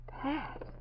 Pat